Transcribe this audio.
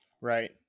Right